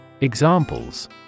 Examples